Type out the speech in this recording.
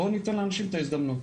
בואו ניתן לאנשים את ההזדמנות.